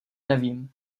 nevím